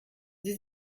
sie